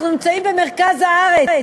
אנחנו נמצאים במרכז הארץ,